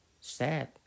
sad